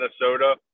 Minnesota